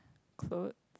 clothes